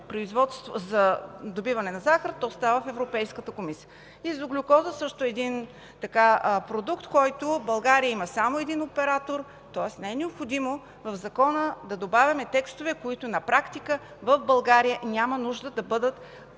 за добиване на захар, то става в Европейската комисия. За глюкоза, също така един продукт, за който България има само един оператор. Тоест не е необходимо в закона да добавяме текстове, които на практика в България няма нужда да бъдат